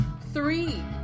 three